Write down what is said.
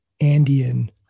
andean